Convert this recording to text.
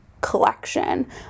collection